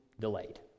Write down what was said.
delayed